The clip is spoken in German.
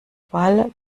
ball